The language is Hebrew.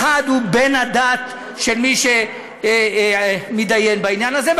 אחד הוא בן הדת של מי שמתדיין בעניין הזה,